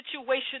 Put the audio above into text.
situation